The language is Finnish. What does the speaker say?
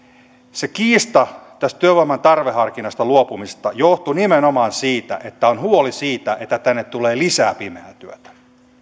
se kiista tästä työvoiman tarveharkinnasta luopumisesta johtui nimenomaan siitä että on huoli siitä että tänne tulee lisää pimeää työtä